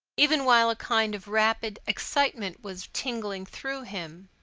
even while a kind of rapid excitement was tingling through him.